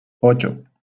ocho